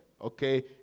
okay